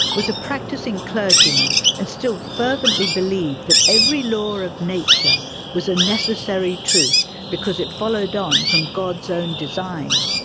was a practising clergyman and still fervently believed that every law of nature was a necessary truth because it followed on from god's own design.